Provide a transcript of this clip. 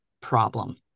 problem